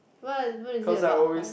what what is it about her